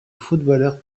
footballeurs